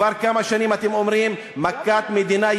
כבר כמה שנים אתם אומרים: מכת מדינה,